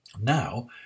Now